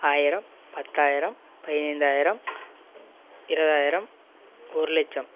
ஆயிரம் பத்தாயிரம் பனிரெண்டாயிரம் இருபதாயிரம் ஒரு லட்சம்